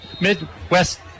Midwest